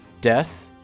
death